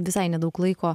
visai nedaug laiko